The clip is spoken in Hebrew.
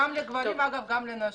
גם לגברים וגם לנשים.